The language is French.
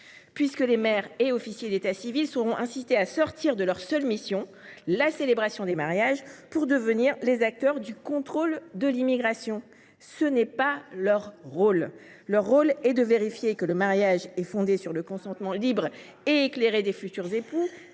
incitant les maires et les officiers d’état civil à sortir de leur seule mission, la célébration des mariages, pour devenir des acteurs du contrôle de l’immigration. Tel n’est pas leur rôle ! Leur rôle est de vérifier que le mariage est fondé sur le consentement libre et éclairé des futurs époux,